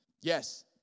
Yes